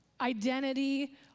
identity